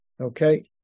Okay